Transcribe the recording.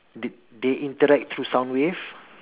the~ they interact through sound wave